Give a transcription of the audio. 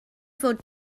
fod